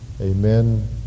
Amen